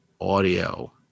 audio